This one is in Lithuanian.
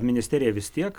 ministerija vis tiek